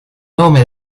nome